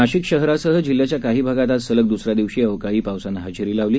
नाशिक शहरासह जिल्ह्याच्या काही भागात आज सलग द्सऱ्या दिवशी अवकाळी पावसानं हजेरी लावली